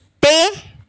ਅਤੇ